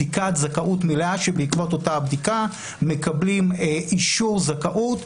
בדיקת זכאות מלאה שבעקבותיה מקבלים אישור זכאות.